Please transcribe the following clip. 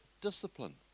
discipline